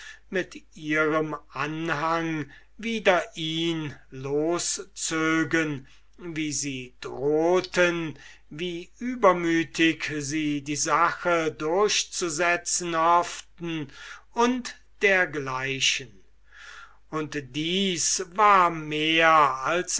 mit ihrem anhang wider ihn loszögen wie sie drohten wie übermütig sie die sache durchzusetzen hofften und dergleichen und dies war mehr als